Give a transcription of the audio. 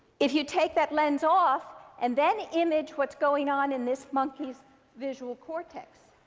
if you take that lens off and then image what's going on in this monkey's visual cortex,